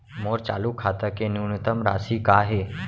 मोर चालू खाता के न्यूनतम राशि का हे?